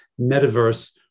metaverse